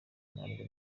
ntabwo